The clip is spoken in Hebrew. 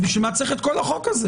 אז בשביל מה צריך את כל החוק הזה?